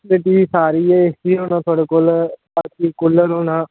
facility सारी ऐ A C होना थोआढ़े कोल बाकी कूलर होना